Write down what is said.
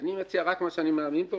אני מציע רק מה שאני מאמין בו,